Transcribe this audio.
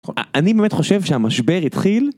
אני באמת חושב שהמשבר התחיל.